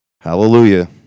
hallelujah